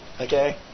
okay